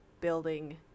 building